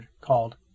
called